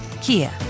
Kia